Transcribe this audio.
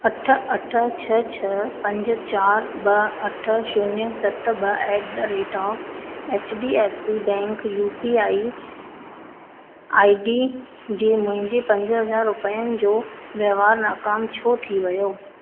अठ अठ छह छह पंज चार ॿ अठ शून्य सत ॿ at the rate of H D F C bank U P I I D जी मुंहिंजी पंज हज़ार रुपयनि जो व वहिंवार नाक़ाम छो थी वियो